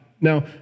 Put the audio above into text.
Now